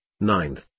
ninth